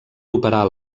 operar